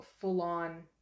full-on